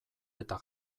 eta